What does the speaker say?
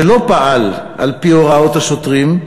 שלא פעל על-פי הוראות השוטרים,